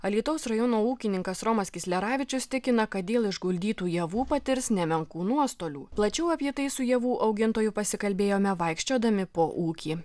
alytaus rajono ūkininkas romas kisleravičius tikina kad dėl išguldytų javų patirs nemenkų nuostolių plačiau apie tai su javų augintoju pasikalbėjome vaikščiodami po ūkį